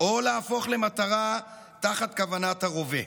או להפוך למטרה תחת כוונת הרובה.